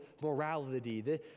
morality